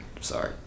Sorry